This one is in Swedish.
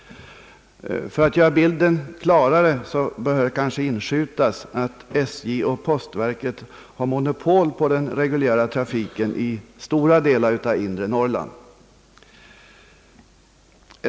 För att göra bilden klarare bör inskjutas att SJ och postverket har monopol på den reguljära trafiken i stora delar av inre Norrland.